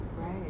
Right